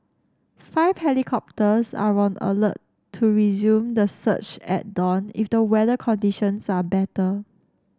five helicopters are on alert to resume the search at dawn if the weather conditions are better